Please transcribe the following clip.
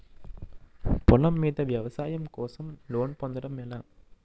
పొలం మీద వ్యవసాయం కోసం లోన్ పొందటం ఎలా?